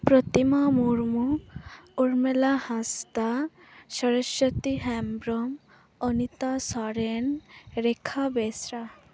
Pratima Murmu Urmila Hansda Saraswati Hembrom Anita Soren Rekha Besra